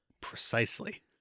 Precisely